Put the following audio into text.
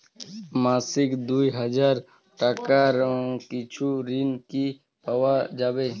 মাসিক দুই হাজার টাকার কিছু ঋণ কি পাওয়া যাবে?